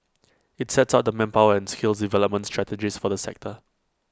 IT sets out the manpower and skills development strategies for the sector